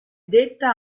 detta